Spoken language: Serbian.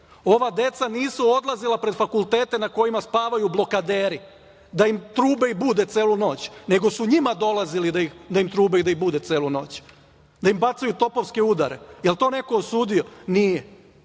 deca nisu odlazila pred fakultete na kojima spavaju blokaderi da im trube i bude celu noć, nego su njima dolazili da im trube i da ih bude celu noć, da im bacaju topovske udare. Jel to neko osudio? Nije.